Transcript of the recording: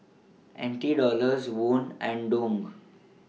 N T Dollars Won and Dong